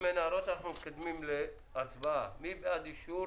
אם אין הערות אנחנו מתקדמים להצבעה: מי בעד אישור